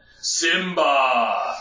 Simba